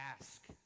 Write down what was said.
ask